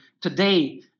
today